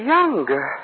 Younger